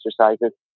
exercises